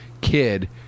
kid